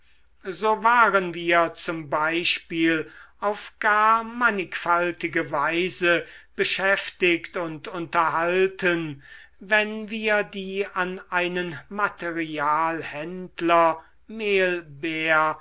so waren wir z b auf gar mannigfaltige weise beschäftigt und unterhalten wenn wir die an einen materialhändler